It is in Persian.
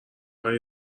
خوای